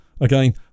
Again